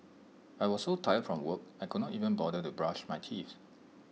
I was so tired from work I could not even bother to brush my teeth